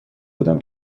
بودم